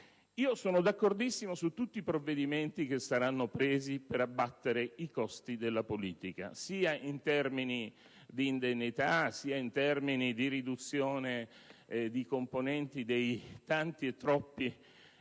Sono d'accordo su tutti i provvedimenti che saranno presi per abbattere i costi della politica, sia in termini di indennità che di riduzione dei componenti dei tanti e troppi